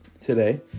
today